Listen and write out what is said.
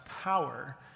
power